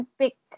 pick